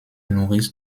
nourrissent